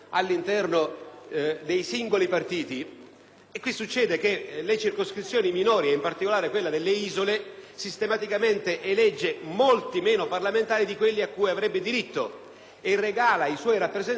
accade che le circoscrizioni minori, in particolare quella delle isole, sistematicamente eleggano molti meno parlamentari di quelli a cui avrebbero diritto e regalino i propri rappresentanti ad altre circoscrizioni molto più ampie.